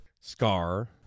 Scar